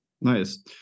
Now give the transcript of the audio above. Nice